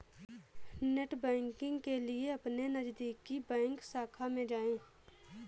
net banking के लिए अपने नजदीकी बैंक शाखा में जाए